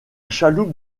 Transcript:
chaloupe